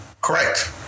Correct